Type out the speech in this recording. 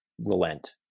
relent